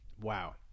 Wow